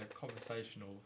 conversational